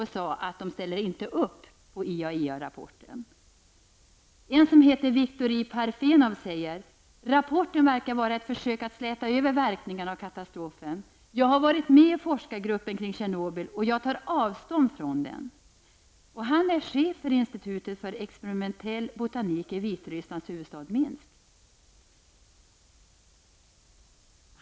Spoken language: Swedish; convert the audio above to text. De sade att de inte ställde upp på IAEA-rapporten. En som heter Viktor I Parfenov säger att rapporten verkar vara ett försök att släta över verkningarna av katastrofen. Han säger vidare att han har varit med i forskargruppen kring Tjernobyl och att han tar avstånd från rapporten. Han är chef för institutet för experimentell botanik i Vitrysslands huvudstad Minsk.